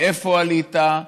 מאיפה עלית,